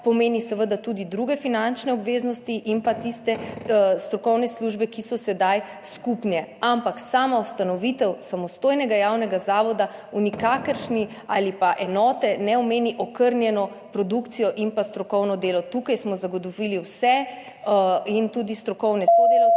pomeni seveda tudi druge finančne obveznosti in tiste strokovne službe, ki so sedaj skupne, ampak sama ustanovitev samostojnega javnega zavoda ali pa enote nikakor ne pomeni okrnjene produkcije in strokovnega dela. Tukaj smo zagotovili vse in tudi strokovne sodelavce,